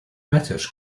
matters